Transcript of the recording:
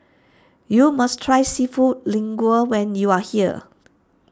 you must try Seafood Linguine when you are here